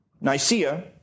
Nicaea